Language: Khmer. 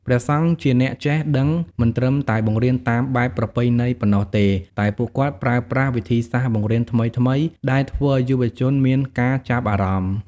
ព្រះសង្ឃជាអ្នកចេះដឹងមិនត្រឹមតែបង្រៀនតាមបែបប្រពៃណីប៉ុណ្ណោះទេ តែពួកគាត់ប្រើប្រាស់វិធីសាស្ត្របង្រៀនថ្មីៗដែលធ្វើឲ្យយុវជនមានការចាប់អារម្មណ៍។